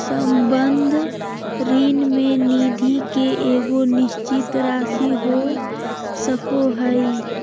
संबंध ऋण में निधि के एगो निश्चित राशि हो सको हइ